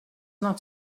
not